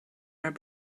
web